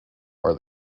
are